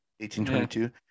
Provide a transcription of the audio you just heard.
1822